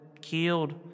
killed